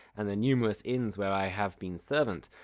and the numerous inns where i have been servant,